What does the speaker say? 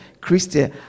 Christian